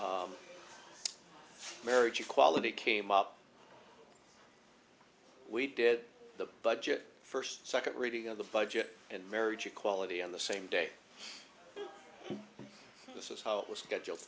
marriage equality came up we did the budget first second reading of the budget and marriage equality on the same day this is how it was schedule